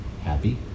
happy